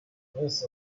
list